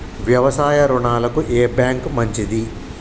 వ్యవసాయ రుణాలకు ఏ బ్యాంక్ మంచిది?